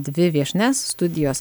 dvi viešnias studijos